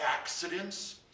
accidents